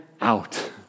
out